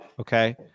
Okay